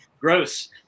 gross